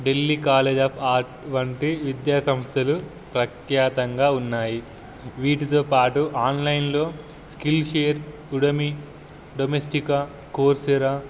Delhi college of art వంటి విద్యాసంస్థలు ప్రఖ్యాతంగా ఉన్నాయి వీటితో పాటు ఆన్లైన్లో Skillshare Udemy Domestika Coursera